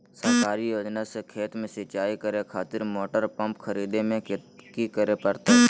सरकारी योजना से खेत में सिंचाई करे खातिर मोटर पंप खरीदे में की करे परतय?